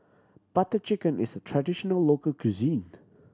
Butter Chicken is a traditional local cuisine